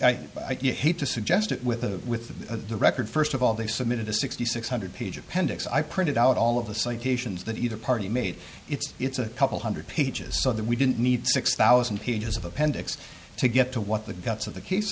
we hate to suggest it with the with the record first of all they submitted a sixty six hundred page appendix i printed out all of the citations that either party made its it's a couple hundred pages so that we didn't need six thousand pages of appendix to get to what the guts of the case